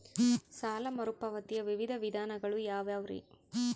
ಸಾಲ ಮರುಪಾವತಿಯ ವಿವಿಧ ವಿಧಾನಗಳು ಯಾವ್ಯಾವುರಿ?